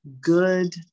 good